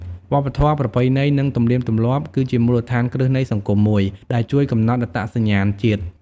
វប្បធម៌ ប្រពៃណី និងទំនៀមទម្លាប់ គឺជាមូលដ្ឋានគ្រឹះនៃសង្គមមួយ ដែលជួយកំណត់អត្តសញ្ញាណជាតិ។